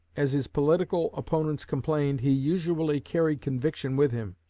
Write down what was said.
as his political opponents complained, he usually carried conviction with him.